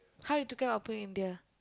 how you took care of Appu in India